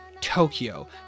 Tokyo